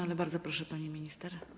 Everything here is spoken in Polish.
Ale bardzo proszę, pani minister.